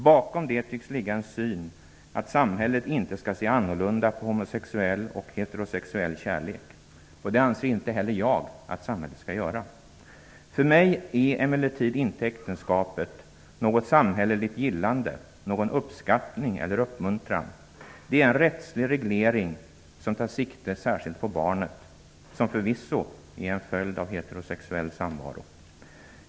Bakom det tycks ligga en syn att samhället inte skall se annorlunda på homosexuell än på heterosexuell kärlek. Det anser inte heller jag att samhället skall göra. För mig är emellertid inte äktenskapet något samhälleligt gillande eller någon uppskattning eller uppmuntran. Det är en rättslig reglering som tar sikte särskilt på barnet, vilket förvisso är en följd av heterosexuell samvaro.